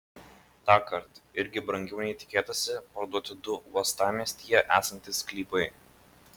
tąkart irgi brangiau nei tikėtasi parduoti du uostamiestyje esantys sklypai